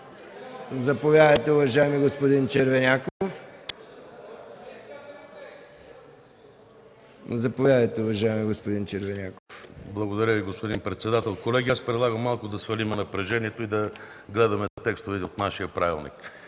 Заповядайте, уважаеми господин Червеняков. МЛАДЕН ЧЕРВЕНЯКОВ (КБ): Благодаря Ви, господин председател. Колеги, аз предлагам малко да свалим напрежението и да гледаме текстовете от нашия правилник.